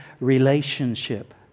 relationship